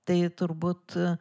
tai turbūt